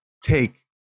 take